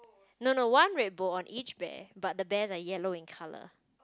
no no one red bow on each bear but the bears are yellow in colour